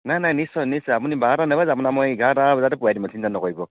নাই নাই নিশ্চয় নিশ্চয় আপুনি বাৰটা মই আপোনাক এঘাৰটা বজাতে পোৱাই দিম চিন্তা নকৰিব